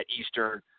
Eastern